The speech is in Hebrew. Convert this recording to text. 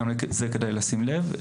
גם לזה כדאי לשים לב.